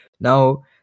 now